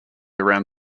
around